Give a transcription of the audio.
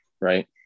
right